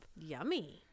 Yummy